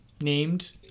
named